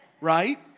right